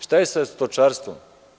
Šta je sa stočarstvom?